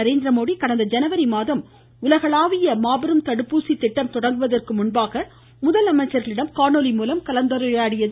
நரேந்திரமோடி கடந்த ஜனவரி மாதம் உலகின் மாபெரும் தடுப்பூசி திட்டம் தொடங்குவதற்கு முன்பாக முதலமைச்சர்களிடம் கலந்துரையாடினார்